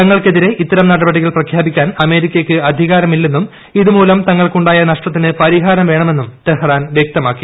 തങ്ങൾക്കെതിരെ ഇത്ത്രം ്നടപടികൾ പ്രഖ്യാപിക്കാൻ അമേരിക്കയ്ക്ക് അധികാരമില്ലെന്നൂര് ഇതുമൂലം തങ്ങൾക്കുണ്ടായ നഷ്ടത്തിന് പരിഹാരം വേണമെന്നും ടെഹ്റാൻ വൃക്തമാക്കി